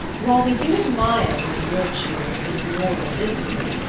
while we do admire this virtue and this moral discipline,